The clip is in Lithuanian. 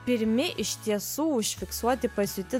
pirmi iš tiesų užfiksuoti pasiūti